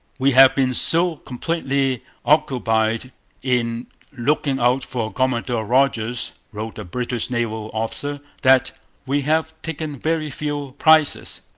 we have been so completely occupied in looking out for commodore rodgers wrote a british naval officer, that we have taken very few prizes